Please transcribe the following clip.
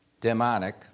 demonic